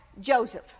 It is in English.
Joseph